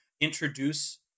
introduce